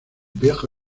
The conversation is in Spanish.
pierre